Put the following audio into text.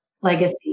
legacy